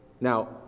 Now